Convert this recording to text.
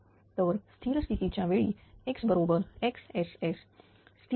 तर स्थिर स्थिती च्या वेळी X बरोबर XSS